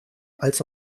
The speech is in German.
als